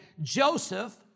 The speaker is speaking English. Joseph